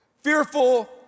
fearful